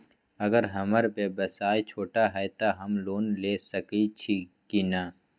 अगर हमर व्यवसाय छोटा है त हम लोन ले सकईछी की न?